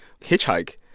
hitchhike